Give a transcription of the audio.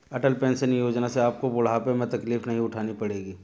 अटल pension योजना से आपको बुढ़ापे में तकलीफ नहीं उठानी पड़ेगी